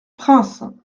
prince